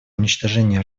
уничтожение